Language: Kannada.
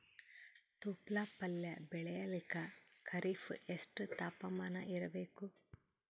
ತೊಪ್ಲ ಪಲ್ಯ ಬೆಳೆಯಲಿಕ ಖರೀಫ್ ಎಷ್ಟ ತಾಪಮಾನ ಇರಬೇಕು?